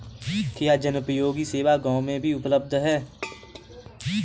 क्या जनोपयोगी सेवा गाँव में भी उपलब्ध है?